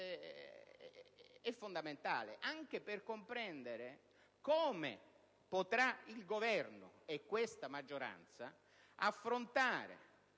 è fondamentale, anche per comprendere come potranno il Governo e questa maggioranza affrontare